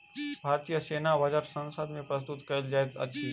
भारतीय सेना बजट संसद मे प्रस्तुत कयल जाइत अछि